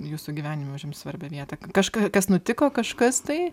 jūsų gyvenime užimt svarbią vietą kažką kas nutiko kažkas tai